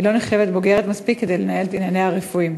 היא לא נחשבת בוגרת מספיק לנהל את ענייניה הרפואיים.